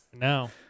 No